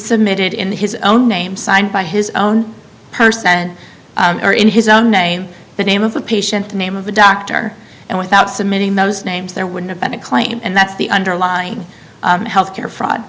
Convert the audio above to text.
submitted in his own name signed by his own person and or in his own name the name of the patient the name of the doctor and without submitting those names there would have been a claim and that's the underlying health care fraud